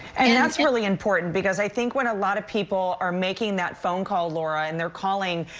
and that's really important because i think when a lot of people are making that phone call, laura and they're calling,